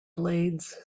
blades